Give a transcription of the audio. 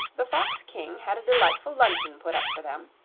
the fox-king had a delightful luncheon put up for them,